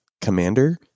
commander